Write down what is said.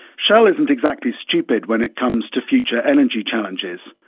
shell isn't exactly stupid when it comes to future energy challenges.